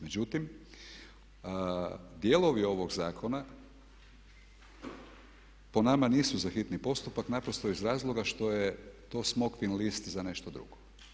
Međutim, dijelovi ovog zakona po nama nisu za hitni postupak naprosto iz razloga što je to smokvin list za nešto drugo.